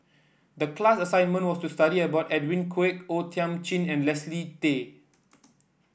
the class assignment was to study about Edwin Koek O Thiam Chin and Leslie Tay